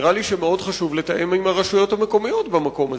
נראה לי שמאוד חשוב לתאם עם הרשויות המקומיות במקום הזה,